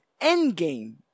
Endgame